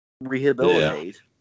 rehabilitate